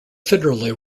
federally